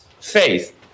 faith